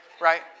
right